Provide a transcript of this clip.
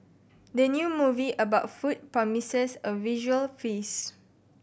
the new movie about food promises a visual feast